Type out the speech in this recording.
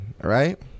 right